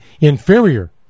inferior